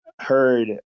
heard